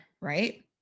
right